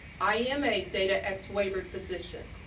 i am a data ex-waivered physician,